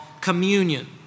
communion